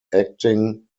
acting